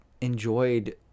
enjoyed